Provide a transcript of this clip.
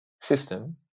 system